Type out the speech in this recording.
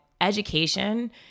education